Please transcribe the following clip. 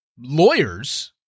lawyers